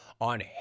on